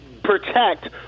protect